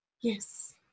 Yes